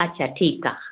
अच्छा ठीकु आहे